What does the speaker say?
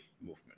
movement